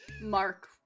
Mark